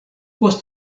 post